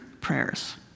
prayers